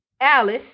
Alice